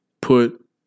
put